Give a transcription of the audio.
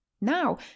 Now